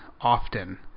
often